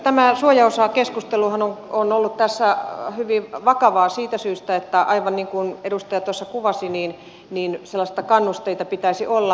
tämä suojaosakeskusteluhan on ollut tässä hyvin vakavaa siitä syystä aivan niin kuin edustaja tuossa kuvasi että sellaisia kannusteita pitäisi olla